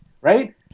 Right